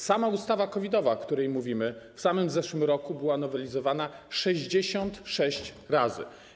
Sama ustawa COVID-owa, o której mówimy, tylko w zeszłym roku była nowelizowana 66 razy.